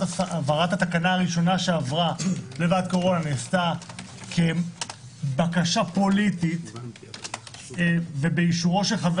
התקנה הראשונה שעברה לוועדת קורונה נעשתה כבקשה פוליטית ובאישור חבר